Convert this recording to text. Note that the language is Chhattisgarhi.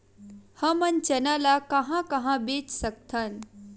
हमन चना ल कहां कहा बेच सकथन?